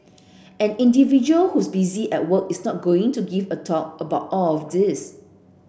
an individual who's busy at work is not going to give a thought about all of this